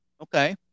okay